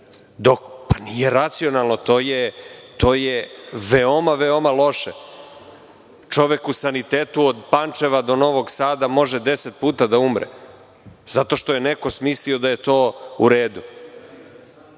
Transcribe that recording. Novi Sad? Nije racionalno. To je veoma, veoma loše. Čovek u sanitetu od Pančeva do Novog Sada može deset puta da umre. Zato što je neko smislio da je to